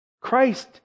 Christ